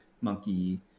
Monkey